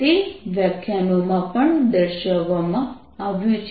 તે વ્યાખ્યાનોમાં પણ દર્શાવવામાં આવ્યું છે